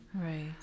Right